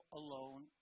alone